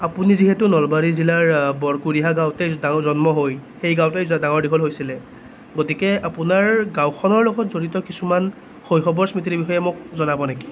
আপুনি যিহেতু নলবাৰী জিলাৰ বৰকুঢ়িয়া গাঁৱতে জন্ম হৈ সেই গাঁৱতে ডাঙৰ দীঘল হৈছিলে গতিকে আপোনাৰ গাঁওখনৰ লগত জড়িত কিছুমান শৈশৱৰ স্মৃতিৰ বিষয়ে মোক জনাব নেকি